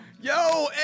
Yo